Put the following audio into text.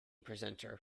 presenter